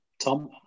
Tom